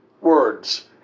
words